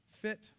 fit